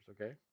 okay